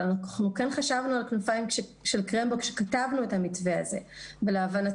אבל אנחנו כן חשבנו על 'כנפיים של קרמבו' כשכתבנו את המתווה הזה ולהבנתנו